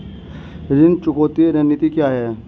ऋण चुकौती रणनीति क्या है?